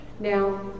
Now